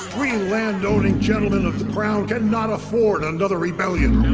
we land owning gentlemen of the crown cannot afford another rebellion.